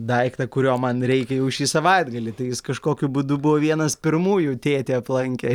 daiktą kurio man reikia jau šį savaitgalį tai jis kažkokiu būdu buvo vienas pirmųjų tėtį aplankė